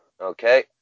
Okay